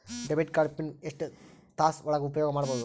Debit card PIN ಎಷ್ಟ ತಾಸ ಒಳಗ ಉಪಯೋಗ ಮಾಡ್ಬಹುದು?